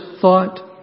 thought